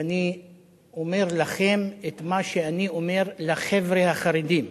ואני אומר לכם את מה שאני אומר לחבר'ה החרדים,